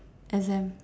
exam